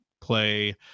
play